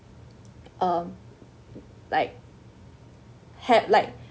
uh like had like